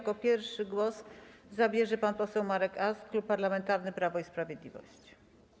Jako pierwszy głos zabierze pan poseł Marek Ast, Klub Parlamentarny Prawo i Sprawiedliwość.